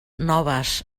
noves